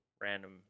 random